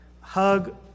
hug